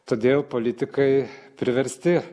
todėl politikai priversti